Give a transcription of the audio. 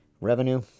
revenue